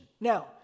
Now